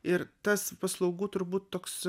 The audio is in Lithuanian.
ir tas paslaugų turbūt toks